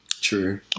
True